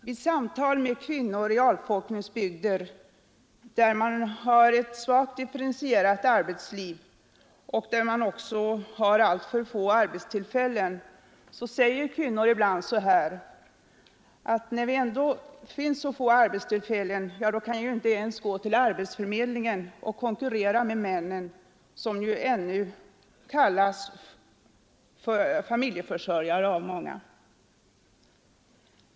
Vid samtal med kvinnor i avfolkningsbygder där man har ett svagt differentierat arbetsliv och där man också har alltför få arbetstillfällen säger kvinnorna ibland: ”När arbetstillfällena ändå är så få, kan vi inte gå till arbetsförmedlingen och konkurrera med männen.” Männen kallas ännu av många familjeförsörjare.